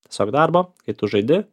tiesiog darbo kai tu žaidi